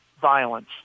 violence